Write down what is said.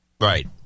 Right